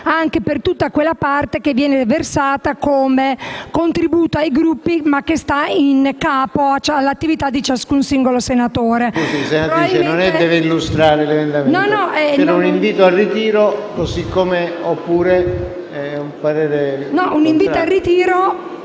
quanto per tutte quelle risorse che vengono versate come contributo ai Gruppi, ma che stanno in capo all'attività di ciascun singolo senatore.